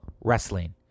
wrestling